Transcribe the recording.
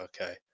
okay